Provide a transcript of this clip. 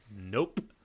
nope